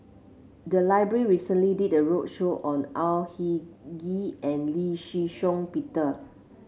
the library recently did a roadshow on Au Hing Yee and Lee Shih Shiong Peter